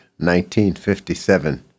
1957